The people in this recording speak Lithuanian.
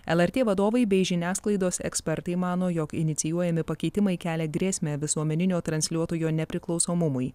lrt vadovai bei žiniasklaidos ekspertai mano jog inicijuojami pakeitimai kelia grėsmę visuomeninio transliuotojo nepriklausomumui